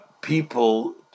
people